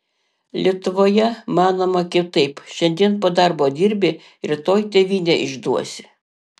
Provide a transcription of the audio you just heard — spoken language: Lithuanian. lietuvoje manoma kitaip šiandien po darbo dirbi rytoj tėvynę išduosi